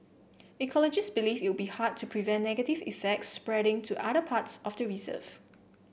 ecologists believe it would be hard to prevent negative effects spreading to other parts of the reserve